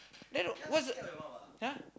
then what's the